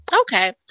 Okay